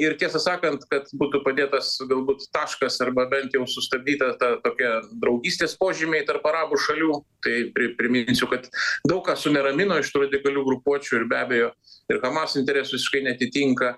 ir tiesą sakant kad būtų padėtas galbūt taškas arba bent jau sustabdyta ta tokie draugystės požymiai tarp arabų šalių tai pri priminsiu kad daug ką suneramino šitų radikalių grupuočių ir be abejo ir hamas interesų visiškai neatitinka